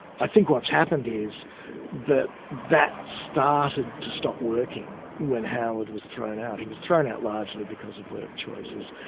i think what's happened is that that started to stop working when howard was thrown out. he was thrown out largely because of work choices,